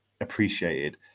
appreciated